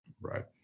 right